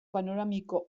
panoramiko